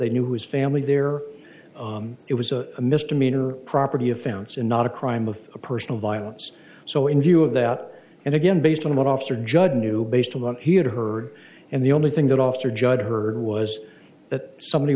they knew his family there it was a misdemeanor property offense and not a crime of personal violence so in view of that and again based on what officer judd knew based on what he had heard and the only thing that officer judge heard was that somebody